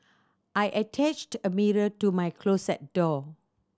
I attached a mirror to my closet door